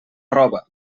roba